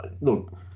look